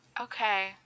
Okay